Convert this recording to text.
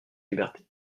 liberté